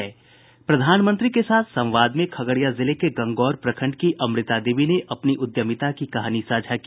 प्रधानमंत्री के साथ संवाद में खगड़िया जिले के गंगौर प्रखंड की अमृता देवी ने अपनी उद्यमिता की कहानी साझा की